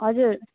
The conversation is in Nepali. हजुर